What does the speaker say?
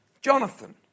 Jonathan